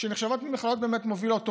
שנחשבות למכללות באמת מובילות עוברים.